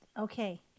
Okay